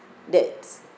that's